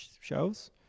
shows